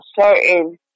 certain